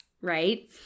right